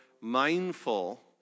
mindful